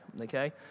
okay